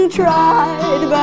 tried